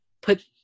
put